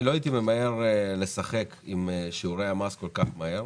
לא הייתי ממהר לשחק עם שיעורי המס כל כך מהר,